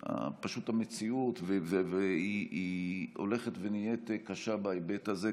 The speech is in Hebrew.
המציאות הולכת ונהיית קשה בהיבט הזה,